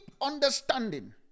understanding